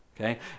Okay